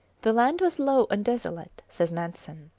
the land was low and desolate, says nansen.